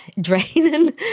draining